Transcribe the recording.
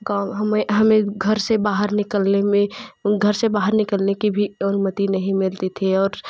गाँव हमें हमें घर से बाहर निकलने में घर से बाहर निकलले की भी अनुमति नहीं मिलती थी और